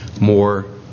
more